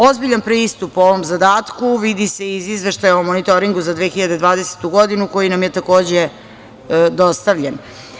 Ozbiljan pristup ovom zadatku vidi se i iz Izveštaja o monitoringu za 2020. godinu koji nam je takođe dostavljen.